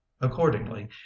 accordingly